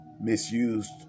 misused